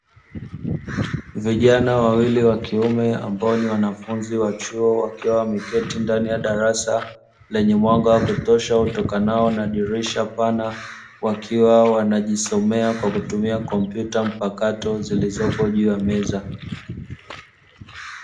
Vijana wawili wa kiume ambao ni wanafunzi wa chuo wakiwa wameketi ndani ya darasa lenye mwanga wa kutosha utokanao na dirisha pana, wakiwa wanajisomea kwa kutumia kompyuta mpakato zilizopo juu ya meza.